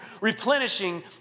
Replenishing